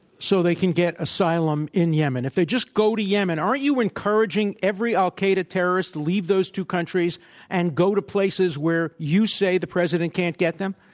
so they can get asylum in yemen. if they just go to yemen. aren't you encouraging every al-qaeda terrorist to leave those two countries and go to places where you say the president can't get them?